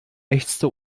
ächzte